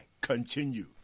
continue